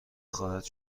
خواهد